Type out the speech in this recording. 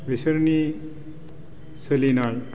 बिसोरनि सोलिनाय